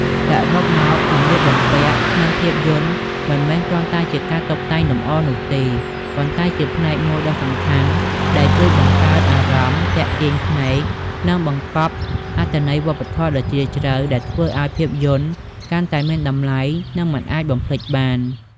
សរុបមក សម្លៀកបំពាក់ក្នុងភាពយន្តមិនមែនគ្រាន់តែជាការតុបតែងលម្អនោះទេ ប៉ុន្តែជាផ្នែកមួយដ៏សំខាន់ដែលជួយបង្កើតអារម្មណ៍ ទាក់ទាញភ្នែក និងបង្កប់អត្ថន័យវប្បធម៌ដ៏ជ្រាលជ្រៅ ដែលធ្វើឱ្យភាពយន្តកាន់តែមានតម្លៃ និងមិនអាចបំភ្លេចបាន ។